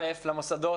ראשית, למוסדות